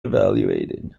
evaluated